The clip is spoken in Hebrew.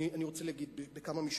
אני רוצה להגיד בכמה משפטים,